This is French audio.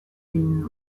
une